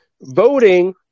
voting